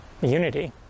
unity